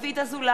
בעד רחל אדטו,